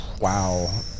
wow